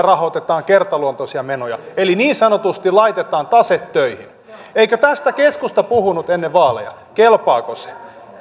rahoitetaan kertaluontoisia menoja eli niin sanotusti laitetaan tase töihin eikö tästä keskusta puhunut ennen vaaleja kelpaako se